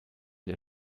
der